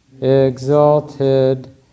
exalted